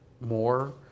more